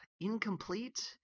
incomplete